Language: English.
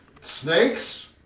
snakes